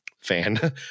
fan